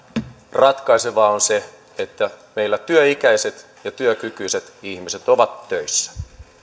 ratkaisevaa on se että meillä työikäiset ja työkykyiset ihmiset ovat töissä